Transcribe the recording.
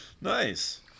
nice